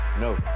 no